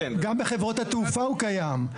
גם בחברות התעופה הוא קיים.